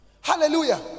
hallelujah